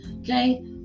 Okay